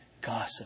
gossip